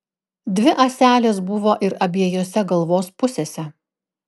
dvi ąselės buvo ir abiejose galvos pusėse